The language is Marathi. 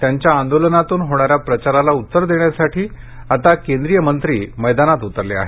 त्यांच्या आंदोलनातून होणाऱ्या प्रचाराला उत्तर देण्यासाठी आता केंद्रीय मंत्री मैदानात उतरले आहेत